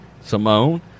Simone